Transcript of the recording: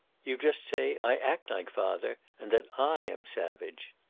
you just say i act like father, and that i am savage.